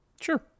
Sure